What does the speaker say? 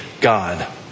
God